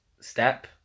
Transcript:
step